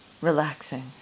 Relaxing